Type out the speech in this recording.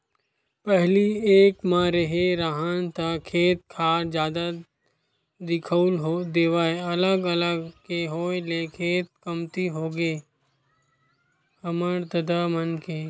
पहिली एक म रेहे राहन ता खेत खार जादा दिखउल देवय अलग अलग के होय ले खेत कमती होगे हे हमर ददा मन के